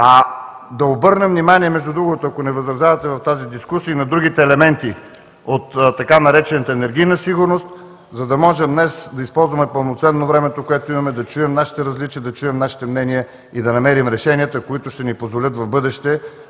да обърнем внимание между другото, ако не възразявате, в тази дискусия и на другите елементи от така наречената „енергийна сигурност“, за да можем днес да използваме пълноценно времето, в което да чуем нашите различия, да чуем нашите мнения и да намерим решенията, които ще ни позволят в бъдеще